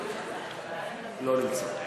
לא נמצא.